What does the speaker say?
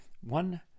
one